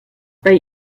bei